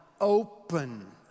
open